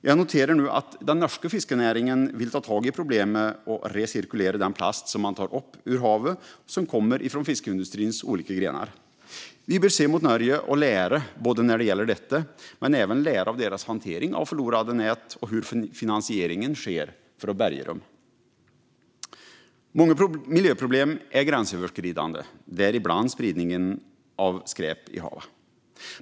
Jag noterar nu att den norska fiskenäringen vill ta tag i problemet och recirkulera den plast som man tar upp ur havet som kommer från fiskeindustrins olika grenar. Vi bör se mot Norge och lära både när det gäller detta och av deras hantering av förlorade nät och hur finansieringen sker för att bärga näten. Många miljöproblem är gränsöverskridande, däribland spridningen av skräp i haven.